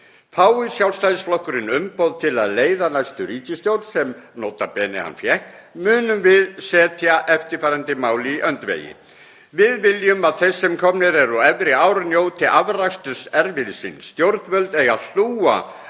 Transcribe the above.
Fái Sjálfstæðisflokkurinn umboð til að leiða næstu ríkisstjórn“ — sem hann nota bene fékk — „munum við setja eftirfarandi mál í öndvegi: Við viljum að þeir sem komnir eru á efri ár njóti afraksturs erfiðis síns. Stjórnvöld eiga að